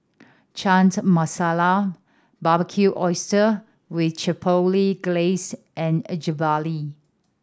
Masala Barbecued Oysters with Chipotle Glaze and